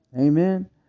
Amen